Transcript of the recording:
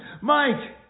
Mike